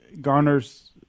garners